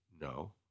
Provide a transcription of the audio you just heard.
No